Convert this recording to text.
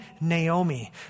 Naomi